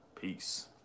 Peace